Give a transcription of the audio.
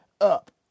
up